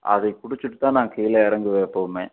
அதை குடிச்சிவிட்டுத்தான் நாங்கள் கீழே இறங்குவேன் எப்போவுமே